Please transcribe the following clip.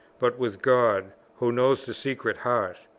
but with god, who knows the secret heart.